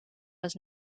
was